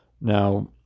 Now